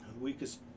Weakest